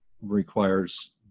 requires